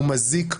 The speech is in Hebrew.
הוא מזיק,